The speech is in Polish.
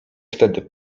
wtedy